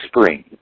spring